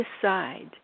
decide